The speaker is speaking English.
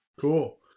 Cool